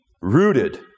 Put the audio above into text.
rooted